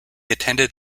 attended